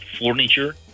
furniture